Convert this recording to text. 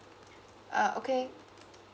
uh okay